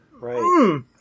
Right